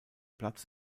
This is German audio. platz